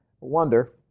wonder